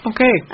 Okay